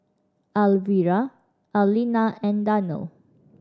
Alvira Allena and Darnell